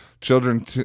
children